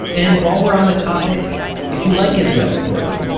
and while we're on the topic if you like israel story,